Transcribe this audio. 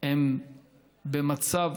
הן במצב